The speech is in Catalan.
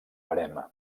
verema